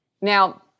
now